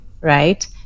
right